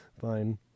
Fine